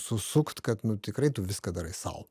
susukt kad nu tikrai tu viską darai sau